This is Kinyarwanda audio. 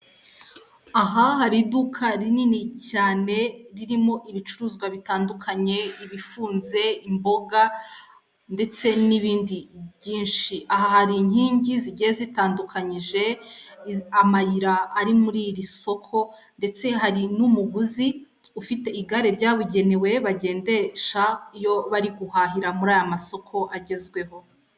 Aha hari iduka rinini cyane ririmo ibicuruzwa bitandukanye ibifunze, imboga ndetse n'ibindi byinshi. Aha hari inkingi zigiye zitandukanyije amayira ari muri iri soko ndetse hari n'umuguzi ufite igare ryabugenewe bagendesha iyo bari guhahira muri aya masoko agezweho.